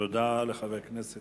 תודה לחבר הכנסת